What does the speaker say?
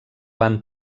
van